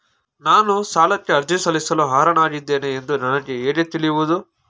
ನಾನು ಸಾಲಕ್ಕೆ ಅರ್ಜಿ ಸಲ್ಲಿಸಲು ಅರ್ಹನಾಗಿದ್ದೇನೆ ಎಂದು ನನಗೆ ಹೇಗೆ ತಿಳಿಯುವುದು?